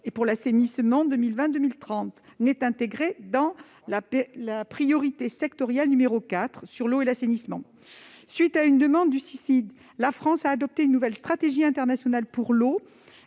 et l'assainissement 2020-2030 n'est intégrée dans la priorité sectorielle n° 4 sur l'eau et l'assainissement. À la suite d'une demande du Cicid, la France a adopté cette nouvelle stratégie internationale en